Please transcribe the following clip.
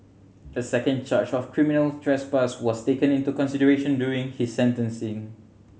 a second charge of criminal trespass was taken into consideration during his sentencing